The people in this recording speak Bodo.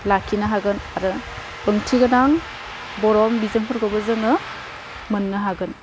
लाखिनो हागोन आरो ओंथिगोनां बर' बिजोंफोरखौबो जोङो मोननो हागोन